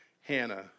Hannah